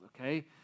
okay